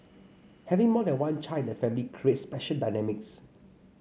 having more than one child the family creates special dynamics